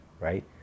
right